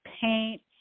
paint